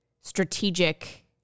strategic